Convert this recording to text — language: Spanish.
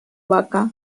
vaca